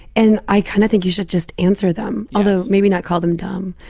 and i kind of think you should just answer them, although maybe not call them dumb.